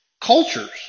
cultures